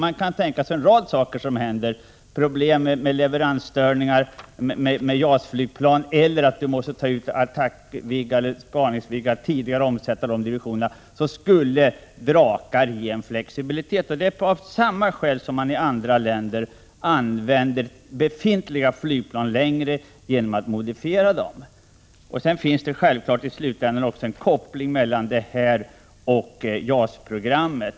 Man kan tänka sig en rad behov också utöver att sätta upp en ny division: leveransstörningar med JAS-flygplan kan inträffa, divisioner med Attackviggen eller Spaningsviggen måste omsättas tidigare etc. Draken skulle som sagt ge en flexibilitet. Det är av samma skäl man i andra länder använder befintliga flygplan längre genom att modifiera dem. Sedan finns det självfallet i slutänden en koppling mellan detta och JAS-programmet.